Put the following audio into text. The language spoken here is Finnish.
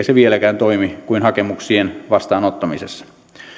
se vieläkään toimi kuin hakemuksien vastaanottamisessa